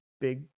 big